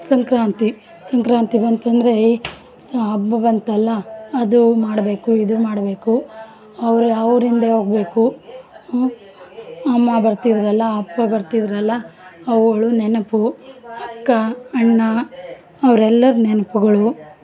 ಸಂಕ್ರಾಂತಿ ಸಂಕ್ರಾಂತಿ ಬಂತಂದರೆ ಏಯ್ ಸ್ ಹಬ್ಬ ಬಂತಲ್ಲ ಅದು ಮಾಡಬೇಕು ಇದು ಮಾಡಬೇಕು ಅವ್ರ ಅವ್ರ ಹಿಂದೇ ಹೋಗ್ಬೇಕು ಅಮ್ಮ ಬರ್ತಿದ್ರಲ್ಲ ಅಪ್ಪ ಬರ್ತಿದ್ರಲ್ಲ ಅವುಳು ನೆನಪು ಅಕ್ಕ ಅಣ್ಣ ಅವ್ರೆಲ್ಲರ ನೆನಪುಗಳು